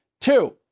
Two